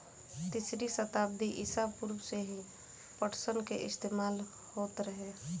तीसरी सताब्दी ईसा पूर्व से ही पटसन के इस्तेमाल होत रहे